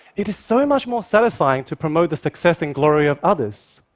it is so much more satisfying to promote the success and glory of others.